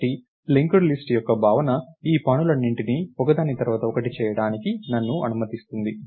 కాబట్టి linked list యొక్క భావన ఈ పనులన్నింటినీ ఒకదాని తర్వాత ఒకటి చేయడానికి నన్ను అనుమతిస్తుంది